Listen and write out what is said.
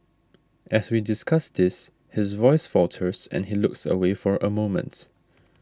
as we discuss this his voice falters and he looks away for a moment